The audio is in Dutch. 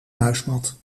muismat